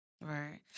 Right